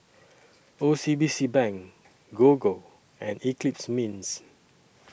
O C B C Bank Gogo and Eclipse Mints